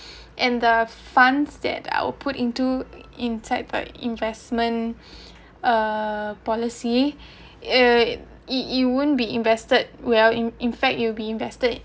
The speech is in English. and the funds that I'll put into inside by investment uh policy you you wouldn't be invested well in in fact you be invested